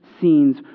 scenes